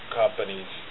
companies